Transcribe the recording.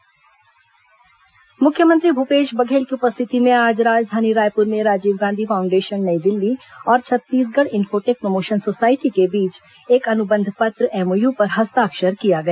MOU मुख्यमंत्री भूपेश बघेल की उपस्थिति में आज राजधानी रायपुर में राजीव गांधी फाउंडेशन नई दिल्ली और छत्तीसगढ़ इनफोटेक प्रमोशन सोसायटी के बीच एक अनुबंध पत्र एमओयू पर हस्ताक्षर किया गया